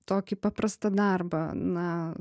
tokį paprastą darbą na